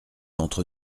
entre